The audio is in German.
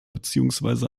beziehungsweise